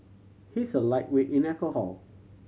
he is a lightweight in alcohol